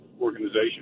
organization